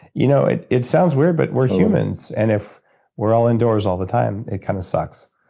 you know it it sounds weird, but we're humans and if we're all indoors all the time, it kind of sucks.